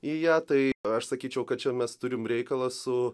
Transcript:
į ją tai aš sakyčiau kad čia mes turim reikalą su